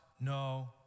no